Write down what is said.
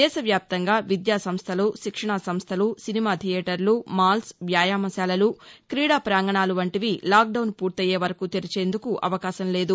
దేశవ్యాప్తంగా విద్యాసంస్టలు శిక్షణ సంస్థలు సినిమా థియేటర్లు మాల్స్ వ్యాయామ శాలలు క్రీడా ప్రాంగణాలు వంటివి లాక్ డౌన్ పూర్తయ్యే వరకు తెరిచేందుకు అవకాశం లేదు